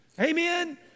Amen